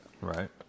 Right